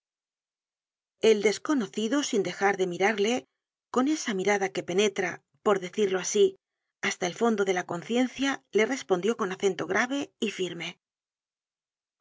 el desconocido sin dejar de mirarle con esa mirada que penetra por decirlo asi hasta el fondo de la conciencia le respondió con acento grave y firme